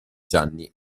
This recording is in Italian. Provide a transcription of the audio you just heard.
gianni